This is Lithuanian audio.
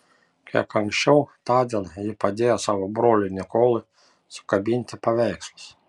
kiek anksčiau tądien ji padėjo savo broliui nikolui sukabinti paveikslus